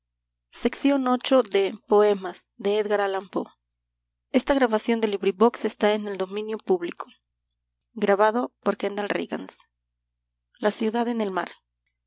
siente en el aire